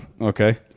Okay